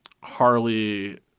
Harley